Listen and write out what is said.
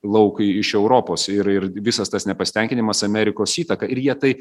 lauk i iš europos ir ir visas tas nepasitenkinimas amerikos įtaka ir jie tai